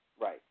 Right